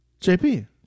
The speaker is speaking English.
JP